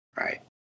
right